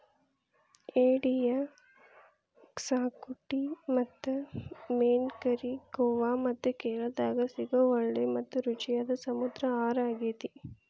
ಏಡಿಯ ಕ್ಸಾಕುಟಿ ಮತ್ತು ಮೇನ್ ಕರಿ ಗೋವಾ ಮತ್ತ ಕೇರಳಾದಾಗ ಸಿಗೋ ಒಳ್ಳೆ ಮತ್ತ ರುಚಿಯಾದ ಸಮುದ್ರ ಆಹಾರಾಗೇತಿ